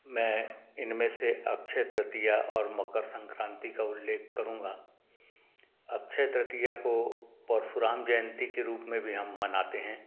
मैं इनमें से अक्षय तृतीया और मकर संक्रांति का उल्लेख करूँगा अक्षय तृतीया को परशुराम जयंती के रूप में भी हम मनाते हैं